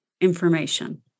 information